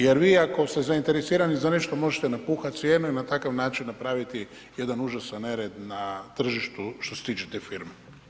Jer vi ako ste zainteresirani za nešto možete napuhati cijene i na takav način napraviti jedan užasan nered na tržištu što se tiče te firme.